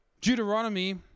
Deuteronomy